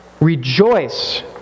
rejoice